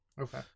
okay